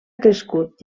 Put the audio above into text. crescut